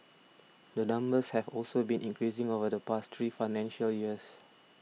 the numbers have also been increasing over the past three financial years